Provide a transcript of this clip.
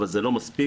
אבל זה לא מספיק,